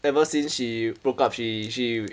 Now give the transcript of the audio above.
ever since she broke up she she